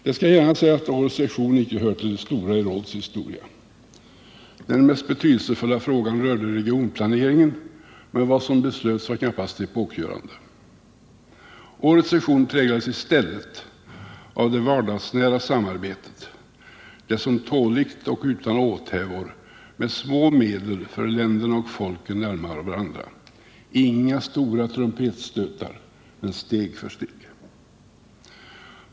Jag skall gärna säga att årets session inte hör till de stora i rådets historia. Den mest betydelsefulla frågan rörde regionplanering, men vad som beslöts var knappast epokgörande. Årets session präglades i stället av det vardagsnära samarbetet, där man tåligt och utan åthävor med små medel för länderna och folken närmare varandra, inte med stora trumpetstötar utan steg för steg.